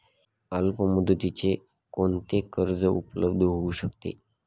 अल्पमुदतीचे कोणते कर्ज उपलब्ध होऊ शकते?